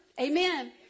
Amen